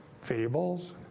fables